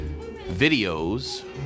videos